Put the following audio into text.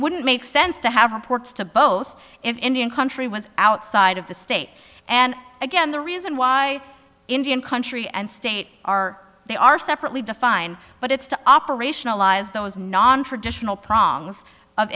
wouldn't make sense to have a ports to both indian country was outside of the state and again the reason why indian country and state are they are separately defined but it's to operationalize those nontraditional prongs of